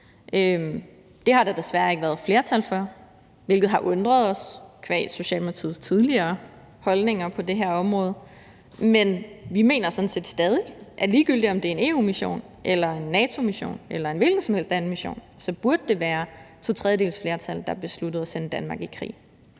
Det har der desværre ikke været flertal for, hvilket har undret os qua Socialdemokratiets tidligere holdninger på det her område, men vi mener sådan set stadig, at ligegyldigt om det er en EU-mission eller en NATO-mission eller en hvilken som helst anden mission, så burde det være to tredjedeles flertal, der besluttede at sende Danmark i krig.